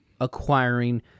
acquiring